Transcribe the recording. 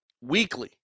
weekly